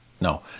No